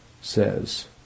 says